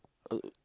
uh